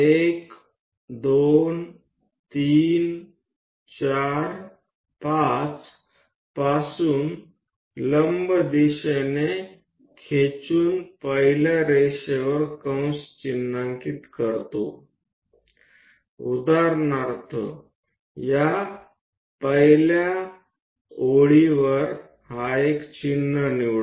આ 1 2 3 4 5 ને લંબ દિશામાં લંબાવીને દરેકને એક કેન્દ્ર તરીકે લો અને પહેલી લીટી પર એક ચાપ બનાવો